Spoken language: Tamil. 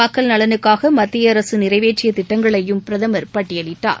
மக்கள் நலனுக்காக மத்திய அரசு நிறைவேற்றிய திட்டங்களையும் பிரதமர் பட்டியலிட்டார்